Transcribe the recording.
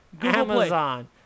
Amazon